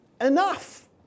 enough